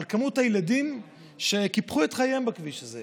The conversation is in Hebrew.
את מספר הילדים שקיפחו את חייהם בכביש הזה.